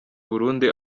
burundi